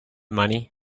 money